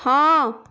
ହଁ